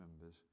members